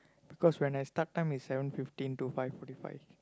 because when I start time is seven fifteen to five forty five